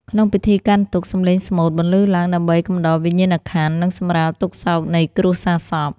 ក្នុងពិធីកាន់ទុក្ខ សំឡេងស្មូតបន្លឺឡើងដើម្បីកំដរវិញ្ញាណក្ខន្ធ និងសម្រាលទុក្ខសោកនៃគ្រួសារសព។